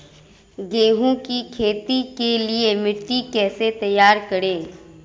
गेहूँ की खेती के लिए मिट्टी कैसे तैयार करें?